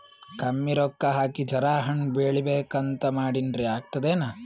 ಕಮ್ಮಿ ರೊಕ್ಕ ಹಾಕಿ ಜರಾ ಹಣ್ ಬೆಳಿಬೇಕಂತ ಮಾಡಿನ್ರಿ, ಆಗ್ತದೇನ?